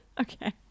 Okay